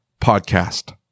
podcast